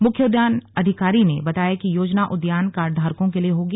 मुख्य उद्यान अधिकारी ने बताया कि योजना उद्यान कार्डधारकों के लिए होगी